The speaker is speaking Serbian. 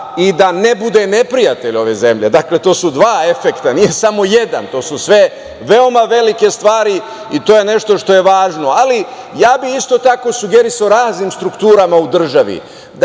i da ne bude neprijatelj ove zemlje. Dakle, to su dva efekta, nije samo jedan. To su sve veoma velike stvari i to je nešto što je važno. Ja bih isto tako sugerisao raznim strukturama u državi